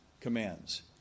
commands